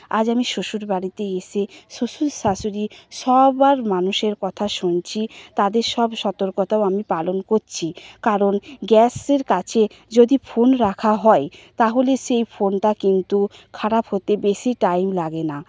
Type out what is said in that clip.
আজ আমি শ্বশুর বাড়িতে এসে শ্বশুর শাশুড়ি সবার মানুষের কথা শুনছি তাদের সব সতর্কতাও আমি পালন করছি কারণ গ্যাসের কাছে যদি ফোন রাখা হয় তাহলে সেই ফোনটা কিন্তু খারাপ হতে বেশি টাইম লাগে না